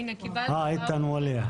הנה, קיבלת כותרת.